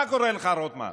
מה קורה לך, רוטמן?